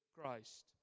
Christ